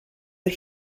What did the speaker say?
but